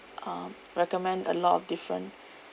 um recommend a lot of different